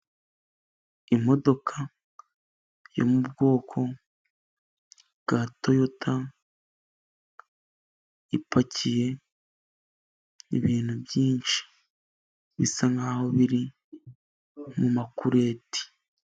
Imodoka yo mu bwoko bwa toyota, ipakiye ibintu byinshi bisa nkaho biri mumakuleti.